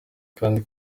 kandi